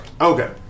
Okay